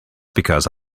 because